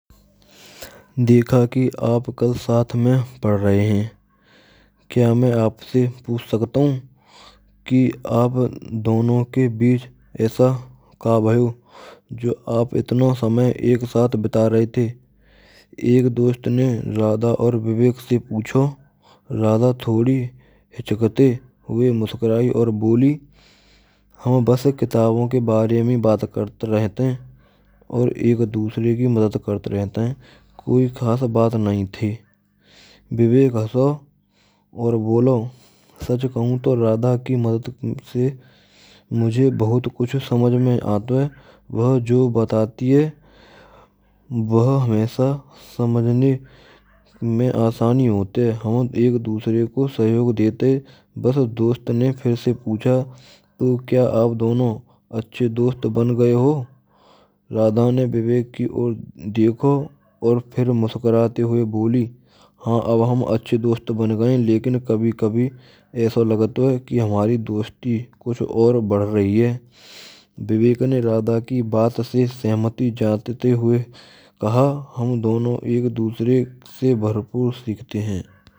Dekha ki aap kal sath mein padh rahe hain kya main aapse poochh sakta hun ki aap donon ke bich aisa kya bhayo jo aap itna samay ek sath bita rahe the ek dost ne Radha aur Vivek se poochho radha thodi hichkte hue muskurayi aur boli, hum bas kitabon ke bare mein baat karat rahte hain. Aur ek dusre ki madad karte rahte hain koi khas baat nahin thi Vivek hasa aur bola sach kahun to radha ki madad se mujhe bahut kuchh samajh mein aata hai. Vah jo batati hai vah hamesha samajhne main asani hote hai. Hum ek dusre ko sehyog dete bus dost ne phir se poochha kya aap dono ache dost ban gaye ho radha ne vivek ki or dekho aur fir muskurate hue boli han ab ham acchi dost ban gaye. Lekin kabhi kabhi aisa lagto ki hamari dosti kuch aur badh rahi hai vivek ne radha ki baat se sehmati jatte hua kha ham donon ek dusre se bharpur sikhate hain.